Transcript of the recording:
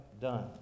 done